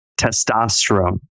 testosterone